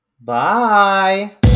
bye